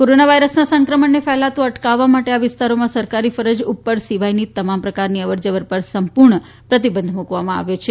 corona વાયરસના સંક્રમણ ફેલાતું અટકાવવા માટે આ વિસ્તારો માં સરકારી ફરજ ઉપર સિવાયની તમામ પ્રકારની અવર જવર પર સંપૂર્ણ પ્રતિબંધ મૂકવામાં આવ્યો છે